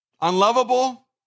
Unlovable